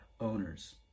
owners